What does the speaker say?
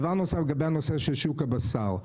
לגבי שוק הבשר,